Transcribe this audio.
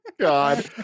God